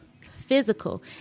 physical